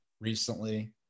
recently